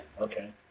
Okay